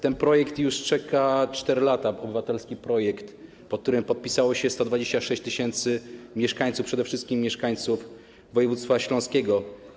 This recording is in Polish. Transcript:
Ten projekt już czeka 4 lata, obywatelski projekt, pod którym podpisało się 126 tys. mieszkańców, przede wszystkim mieszkańców województwa śląskiego.